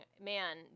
man